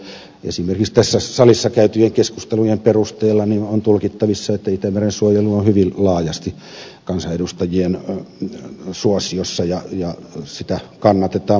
itämeren suojelu esimerkiksi tässä salissa käytyjen keskustelujen perusteella on tulkittavissa niin että se on hyvin laajasti kansanedustajien suosiossa ja sitä kannatetaan monin tavoin